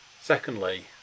secondly